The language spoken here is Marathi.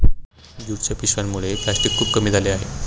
ज्यूटच्या पिशव्यांमुळे प्लॅस्टिक खूप कमी झाले आहे